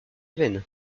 veine